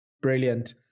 Brilliant